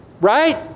Right